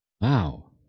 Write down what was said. Wow